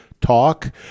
talk